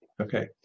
Okay